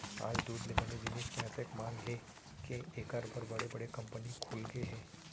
आज दूद ले बने जिनिस के अतेक मांग हे के एकर बर बड़े बड़े कंपनी खुलगे हे